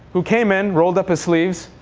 who came in, rolled up his sleeves,